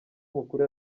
mukuru